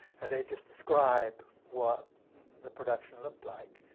and they just describe what the production looked like.